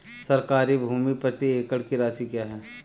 सरकारी भूमि प्रति एकड़ की राशि क्या है?